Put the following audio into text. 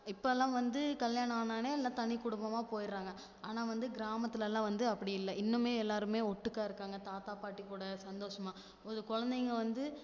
இப்போல்லாம் வந்து கல்யாணம் ஆனவொடனே எல்லாம் தனி குடும்பமாக போயிடுறாங்க ஆனால் வந்து கிராமத்துலலாம் வந்து அப்படி இல்லை இன்னும் எல்லோருமே ஒட்டுக்கா இருக்காங்க தாத்தா பாட்டி கூட சந்தோஷமாக ஒரு குழந்தைங்க வந்து